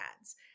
ads